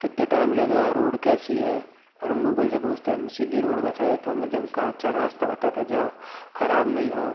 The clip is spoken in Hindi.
कितना टाइम लगेगा रोड कैसी है और हम गूगल से पूछते हैं कि हमें सीधी रोड बताए तो हमें जिनका अच्छा रास्ता बताता जहाँ वो खराब नहीं हो